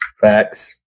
Facts